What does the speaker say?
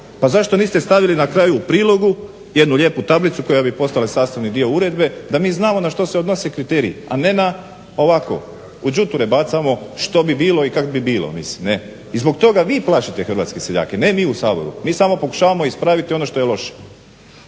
Pa zašto niste stavili na kraju u prilogu jednu lijepu tablica koja bi postala sastavni dio uredbe da mi znamo na što se odnosi kriterij, a ne na ovako u džuture bacamo što bi bilo i kako bi bilo. I zbog toga vi plaćate hrvatske seljake, ne mi u Saboru. mi samo pokušavamo ispraviti ono što je loše.